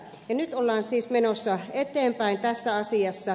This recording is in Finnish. nyt ollaan siis menossa eteenpäin tässä asiassa